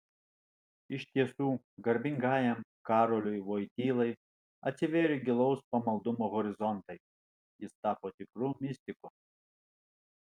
iš tiesų garbingajam karoliui vojtylai atsivėrė gilaus pamaldumo horizontai jis tapo tikru mistiku